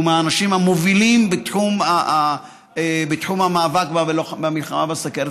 שהוא מהאנשים המובילים בתחום המאבק והמלחמה בסוכרת,